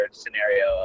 scenario